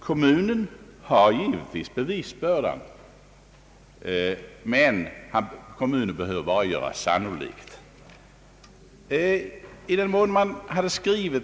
Kommunen har givetvis bevisbördan, men kommunen behöver bara för att äga företräde göra sannolikt att trafikförsörjningen inom orten eller bygden främjas.